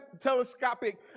telescopic